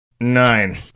Nine